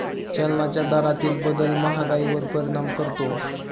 चलनाच्या दरातील बदल महागाईवर परिणाम करतो